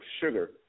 sugar